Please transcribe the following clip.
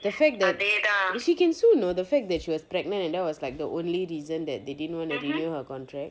thats why they she can sue you know the fact that she was pregnant and that was like the only reason that they didn't want to renew her contract